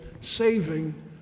saving